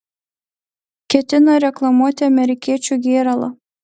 ketinta reklamuoti amerikiečių gėralą